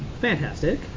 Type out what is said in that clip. Fantastic